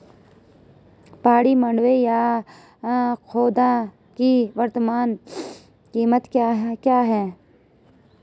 पहाड़ी मंडुवा या खोदा की वर्तमान कीमत क्या है?